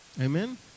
Amen